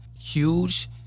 huge